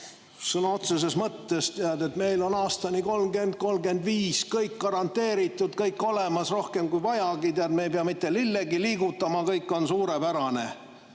sõna otseses mõttes: meil on aastateni 2030–2035 kõik garanteeritud, kõik olemas, rohkem kui vajagi, me ei pea mitte lillegi liigutama, kõik on suurepärane.